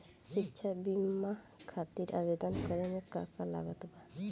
शिक्षा बीमा खातिर आवेदन करे म का का लागत बा?